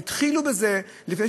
הם התחילו בזה לפני,